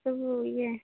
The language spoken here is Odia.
ସବୁ ଇଏ